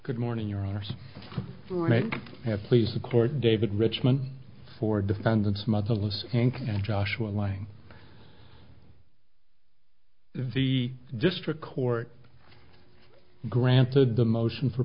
good morning your owners have please the court david richmond four defendants motherless bank and joshua lange the district court granted the motion for